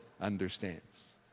understands